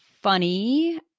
funny